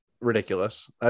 Ridiculous